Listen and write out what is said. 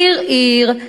עיר-עיר,